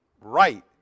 right